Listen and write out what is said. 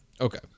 Okay